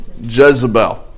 Jezebel